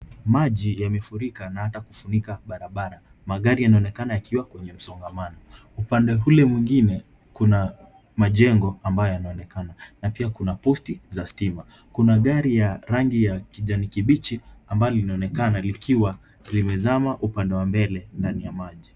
Maji yamefurika na hata kufunika barabara. Magari yanaonekana yakiwa kwenye msongamano. Upande ule mwingine, kuna majengo ambayo yanaonekana na pia kuna posti za stima. Kuna gari ya rangi ya kijani kibichi ambalo linaonekana likiwa limezama upande wa mbele ndani ya maji.